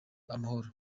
amahoro